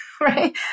right